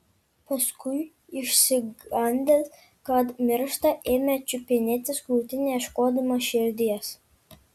paskui išsigandęs kad miršta ėmė čiupinėtis krūtinę ieškodamas širdies